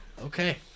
Okay